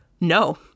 No